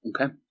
Okay